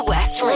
West